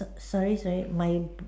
err sorry sorry my